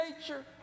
nature